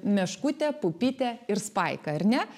meškutę pupytę ir spaiką ar ne